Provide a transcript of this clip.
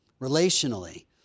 relationally